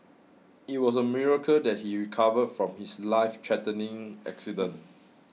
it was a miracle that he recovered from his lifethreatening accident